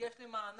יש לי מענה?